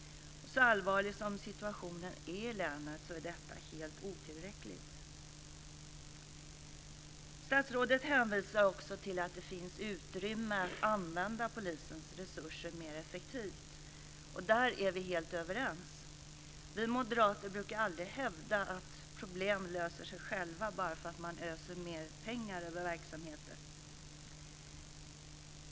Så allvarlig som situationen är i länet är detta helt otillräckligt. Statsrådet hänvisar också till att det finns utrymme att använda polisens resurser mer effektivt. Där är vi helt överens. Vi moderater brukar aldrig hävda att problem löser sig själva bara för att man öser mer pengar över verksamheten.